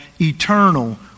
eternal